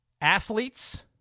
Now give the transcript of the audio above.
athletes